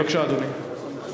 בבקשה, אדוני.